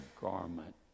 garment